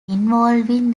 involving